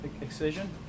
excision